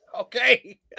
okay